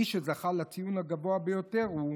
מי שזכה לציון הגבוה ביותר הוא